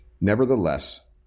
Nevertheless